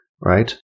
right